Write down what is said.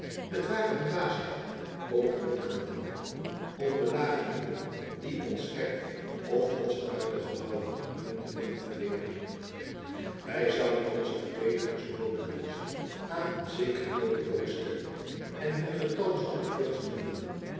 het ware een dwaasheid pogingen aan te wenden om den lagen muur die ons erf of onze buitengebouwen omringt te willen verweren wij zouden onze verdedigers noodeloos aan een zekeren dood blootstellen en hun getal zonder vrucht verminderen